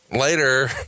Later